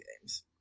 games